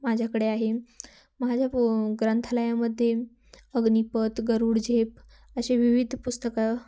माझ्याकडे आहे माझ्या पो ग्रंथालयामध्ये अग्निपथ गरुड झेप असे विविध पुस्तकं